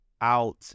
out